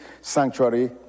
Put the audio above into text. sanctuary